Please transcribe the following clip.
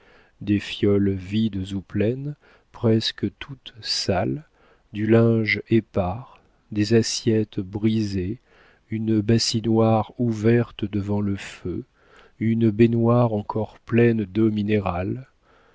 des fioles vides ou pleines presque toutes sales du linge épars des assiettes brisées une bassinoire ouverte devant le feu une baignoire encore pleine d'eau minérale